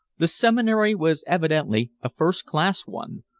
the seminary was evidently a first-class one,